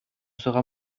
sera